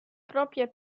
propria